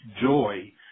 joy